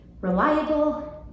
reliable